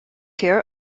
here